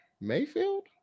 Mayfield